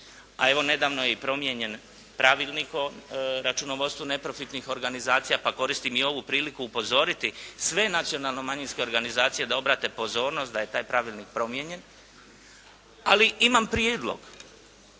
A evo nedavno je promijenjen i Pravilnik o računovodstvu neprofitnih organizacija pa koristim i ovu priliku upozoriti sve nacionalno manjinske organizacije da obrate pozornost da je taj pravilnik promijenjen. Ali imam prijedlog,